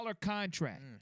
contract